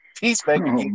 peacemaker